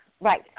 Right